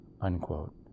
unquote